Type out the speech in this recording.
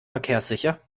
verkehrssicher